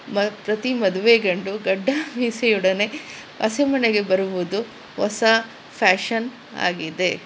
ಮ ಪ್ರತಿ ಮದುವೆ ಗಂಡು ಗಡ್ಡ ಮೀಸೆಯೊಡನೆ ಹಸೆಮಣೆಗೆ ಬರುವುದು ಹೊಸ ಫ್ಯಾಷನ್ ಆಗಿದೆ